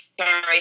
sorry